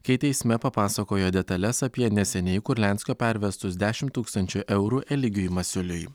kai teisme papasakojo detales apie neseniai kurlianskio pervestus dešimt tūkstančių eurų eligijui masiuliui